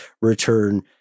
return